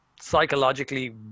psychologically